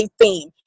theme